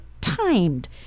timed